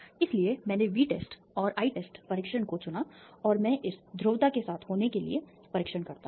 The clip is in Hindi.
इसलिए मैंने Vtest और Itest परीक्षण को चुना और मैं इस ध्रुवता के साथ होने के लिए परीक्षण करता हूं